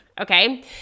okay